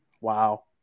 wow